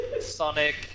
Sonic